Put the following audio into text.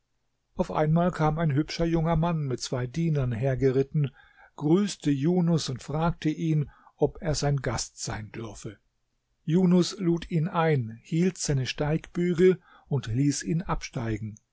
auf einmal kam ein hübscher junger mann mit zwei dienern hergeritten grüßte junus und fragte ihn ob er sein gast sein dürfe junus lud ihn ein hielt seine steigbügel und ließ ihn absteigen